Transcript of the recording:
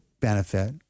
benefit